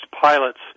pilots